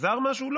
עזר משהו?